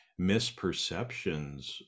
misperceptions